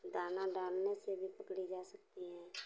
दाना डालने से भी पकड़ी जा सकती हैं